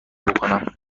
بکنم